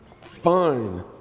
Fine